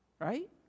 right